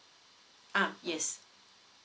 ah yes